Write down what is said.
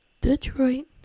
Detroit